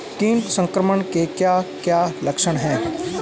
कीट संक्रमण के क्या क्या लक्षण हैं?